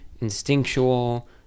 Instinctual